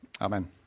Amen